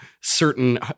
certain